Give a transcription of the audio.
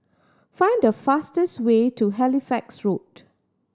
find the fastest way to Halifax Road